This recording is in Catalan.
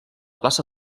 plaça